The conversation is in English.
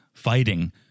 Fighting